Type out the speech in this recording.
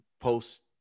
post